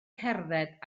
cerdded